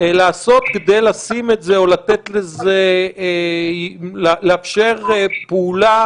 לעשות כדי לשים את זה או לאפשר פעולה